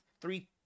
three